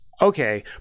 Okay